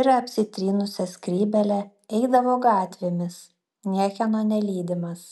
ir apsitrynusia skrybėle eidavo gatvėmis niekieno nelydimas